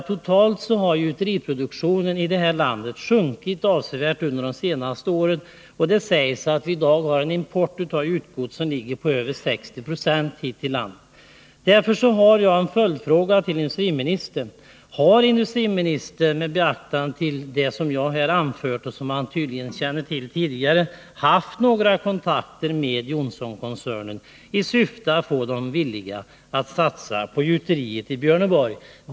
Totalt har gjuteriproduktionen i det här landet sjunkit avsevärt under de senaste åren, och det sägs att vi i dag har en import av gjutgods på över 60 96. Jag vill ställa en följdfråga: Har industriministern, med beaktande av det som jag här anfört och som industriministern tydligen kände till tidigare, haft några kontakter med Johnsonkoncernen i syfte att få dem villiga att satsa på gjuteriet i Björneborg?